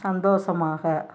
சந்தோஷமாக